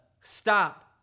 stop